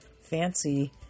fancy